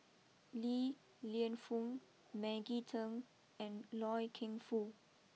Li Lienfung Maggie Teng and Loy Keng Foo